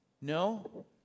no